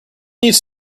needs